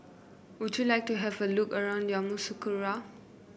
would you like to have a look around Yamoussoukro